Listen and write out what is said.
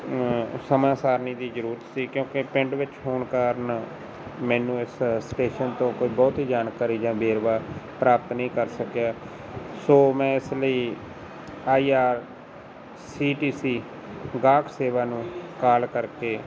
ਸਮਾਂ ਸਾਰਣੀ ਦੀ ਜ਼ਰੂਰਤ ਸੀ ਕਿਉਂਕਿ ਪਿੰਡ ਵਿੱਚ ਹੋਣ ਕਾਰਨ ਮੈਨੂੰ ਇਸ ਸਟੇਸ਼ਨ ਤੋਂ ਕੋਈ ਬਹੁਤੀ ਜਾਣਕਾਰੀ ਜਾਂ ਵੇਰਵਾ ਪ੍ਰਾਪਤ ਨਹੀਂ ਕਰ ਸਕਿਆ ਸੋ ਮੈਂ ਇਸ ਲਈ I R C T C ਗਾਹਕ ਸੇਵਾ ਨੂੰ ਕਾਲ ਕਰਕੇ